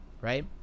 right